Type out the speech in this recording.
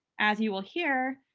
as you will hear,